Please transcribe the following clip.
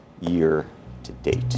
year-to-date